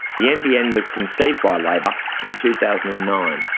the nbn was conceived by labor in two thousand and nine,